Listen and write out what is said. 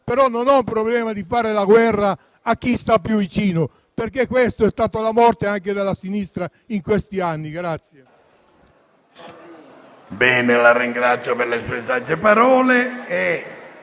ma non ho il problema di fare la guerra a chi sta più vicino, perché questa è stata la morte anche della sinistra in questi anni.